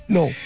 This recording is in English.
no